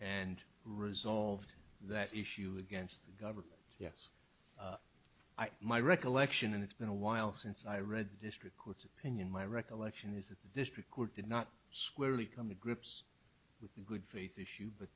and resolved that issue against the government yes i my recollection and it's been a while since i read district court's opinion my recollection is that district court did not squarely come to grips with the good faith issue but